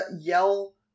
yell